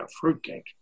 fruitcake